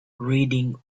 reading